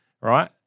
right